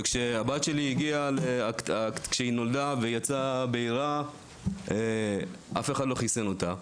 כשהבת שלי נולדה ויצאה בהירה אף אחד לא חיסן אותה.